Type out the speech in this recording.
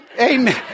Amen